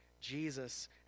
Jesus